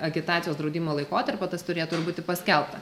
agitacijos draudimo laikotarpio tas turėtų ir būti paskelbta